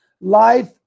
Life